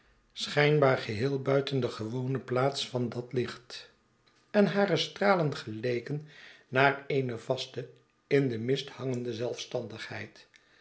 schijnbaar geheel buiten de gewone plaats van dat licht en hare straleri geleken naar eene vaste in den mist hangeride zelfstandigheid